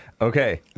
Okay